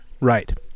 Right